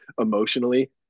Emotionally